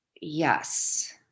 yes